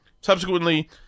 Subsequently